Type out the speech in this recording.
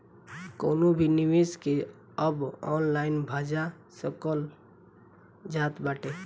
कवनो भी निवेश के अब ऑनलाइन भजा सकल जात बाटे